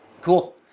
Cool